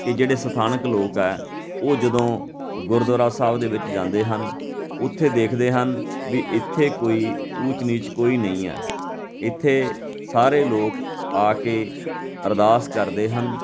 ਕਿ ਜਿਹੜੇ ਸਥਾਨਕ ਲੋਕ ਹੈ ਉਹ ਜਦੋਂ ਗੁਰਦੁਆਰਾ ਸਾਹਿਬ ਦੇ ਵਿੱਚ ਜਾਂਦੇ ਹਨ ਉੱਥੇ ਦੇਖਦੇ ਹਨ ਵੀ ਇੱਥੇ ਕੋਈ ਊਚ ਨੀਚ ਕੋਈ ਨਹੀਂ ਹੈ ਇੱਥੇ ਸਾਰੇ ਲੋਕ ਆ ਕੇ ਅਰਦਾਸ ਕਰਦੇ ਹਨ